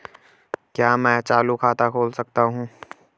क्या मैं चालू खाता खोल सकता हूँ?